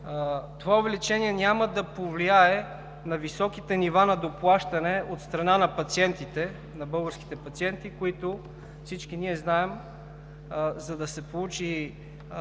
това увеличение няма да повлияе на високите нива на доплащане от страна на българските пациенти. Всички ние знаем – за да се получи